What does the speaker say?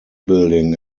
building